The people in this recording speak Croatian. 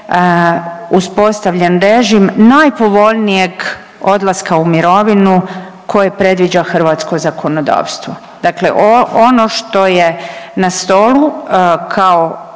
uspostavljen režim najpovoljnijeg odlaska u mirovinu koje predviđa hrvatsko zakonodavstvo. Dakle, ono što je na stolu kao